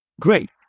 Great